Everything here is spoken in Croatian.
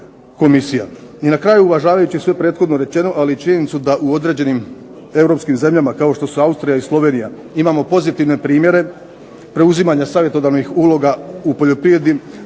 I na kraju uvažavajući sve prethodno rečeno ali i činjenicu da u ostalim Europskim zemljama kao što su Austrija i Slovenija imamo pozitivne primjere preuzimanja savjetodavnih uloga u poljoprivredi ali